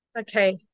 okay